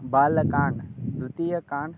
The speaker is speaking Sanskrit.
बालकाण्डः द्वतीयकाण्डः